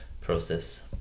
process